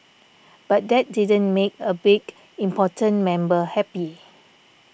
but that didn't make a big important member happy